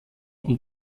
und